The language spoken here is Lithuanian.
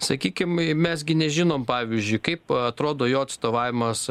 sakykim mes gi nežinom pavyzdžiui kaip atrodo jo atstovavimas